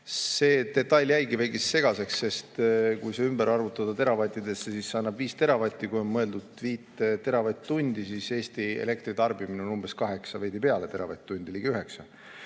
See detail jäigi segaseks, sest kui see ümber arvutada teravattideks, siis see annab 5 teravatti. Kui on mõeldud 5 teravatt-tundi, siis Eesti elektritarbimine on umbes 8 ja veidi peale teravatt-tundi, ligi 9.